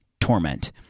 torment